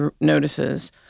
notices